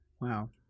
Wow